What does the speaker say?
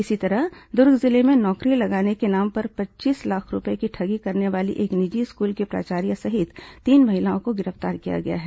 इसी तरह दुर्ग जिले में नौकरी लगाने के नाम पर पच्चीस लाख रूपये की ठगी करने वाली एक निजी स्कूल की प्राचार्या सहित तीन महिलाओं को गिरफ्तार किया गया है